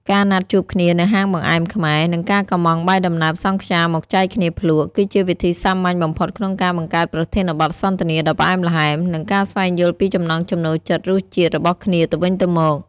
ការណាត់ជួបគ្នានៅហាងបង្អែមខ្មែរ និងការកុម្ម៉ង់បាយដំណើរសង់ខ្យាមកចែកគ្នាភ្លក់ គឺជាវិធីសាមញ្ញបំផុតក្នុងការបង្កើតប្រធានបទសន្ទនាដ៏ផ្អែមល្ហែម និងការស្វែងយល់ពីចំណង់ចំណូលចិត្តរសជាតិរបស់គ្នាទៅវិញទៅមក។